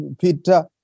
Peter